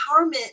empowerment